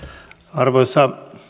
arvoisa